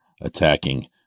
attacking